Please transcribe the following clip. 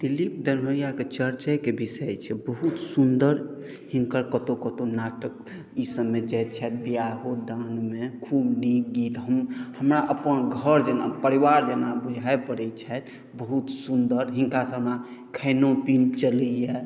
दिलीप दरभङ्गियाके चर्चेके विषय छै बहुत सुन्दर हिनकर कतहुँ कतहुँ नाटक भेल ई सबमे जाइत छथि बिआहो दानमे खूब नीक गीत हमरा अपन घर जेना परिवार जेना बुझाइ पड़ैत छथि बहुत सुन्दर हिनकासँ हमरा खाइनो पीन चलैया